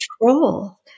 control